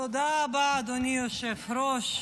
תודה רבה, אדוני היושב-ראש.